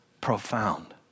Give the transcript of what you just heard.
profound